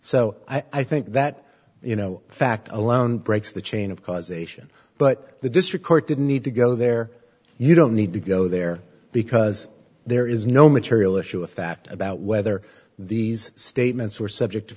so i think that you know fact alone breaks the chain of causation but the district court didn't need to go there you don't need to go there because there is no material issue of fact about whether these statements were subject to